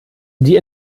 die